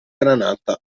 granata